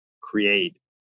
create